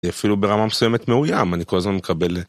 היא אפילו ברמה מסוימת מאוים, אני כל הזמן מקבל...